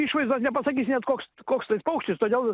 išvaizdos nepasakys net koks koks tai paukštis todėl